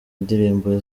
indirimbo